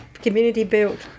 Community-built